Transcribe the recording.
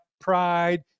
pride